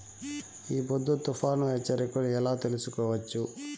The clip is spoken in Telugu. ఈ పొద్దు తుఫాను హెచ్చరికలు ఎలా తెలుసుకోవచ్చు?